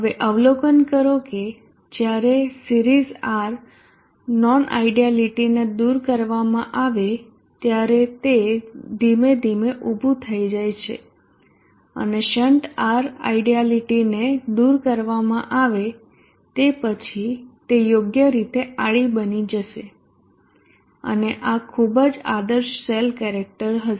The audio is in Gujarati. હવે અવલોકન કરો કે જ્યારે સિરીઝ R નોન આયડયાલીટીને દૂર કરવામાં આવે ત્યારે તે ધીમે ધીમે ઉભું થઈ જાય છે અને શંટ R આયડયાલીટીને દૂર કરવામાં આવે તે પછી તે યોગ્ય રીતે આડી બની જશે અને આ ખૂબ જ આદર્શ સેલ કેરેક્ટર હશે